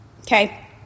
okay